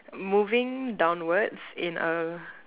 moving downwards in a